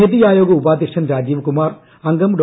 നിതി ആയോഗ് ഉപാധ്യക്ഷൻ രാജീവ് കുമാർ അംഗം ഡോ